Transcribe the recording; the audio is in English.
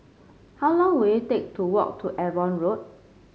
how long will it take to walk to Avon Road